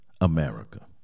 America